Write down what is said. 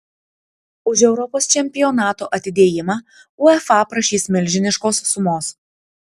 už europos čempionato atidėjimą uefa prašys milžiniškos sumos